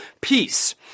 peace